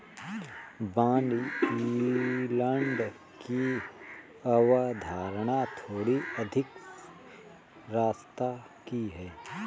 bond yield की अवधारणा थोड़ी अधिक स्तर की है